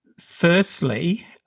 firstly